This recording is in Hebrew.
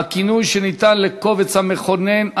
הכינוי שניתן לקובץ המכונן,